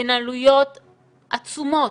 הן עלויות עצומות,